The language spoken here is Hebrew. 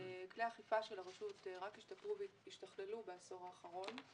כלי האכיפה של הרשות רק השתפרו והשתכללו בעשור האחרון.